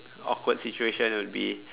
awkward situation would be